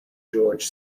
george